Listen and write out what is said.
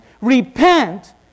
repent